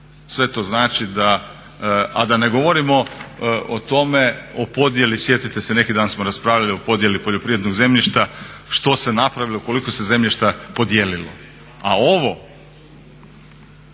Sve to znači da, a da ne govorimo o tome o podjeli, sjetite se neki dan smo raspravljali, o podjeli poljoprivrednog zemljišta što se napravilo, koliko se zemljišta podijelilo. A ovo